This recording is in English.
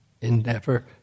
endeavor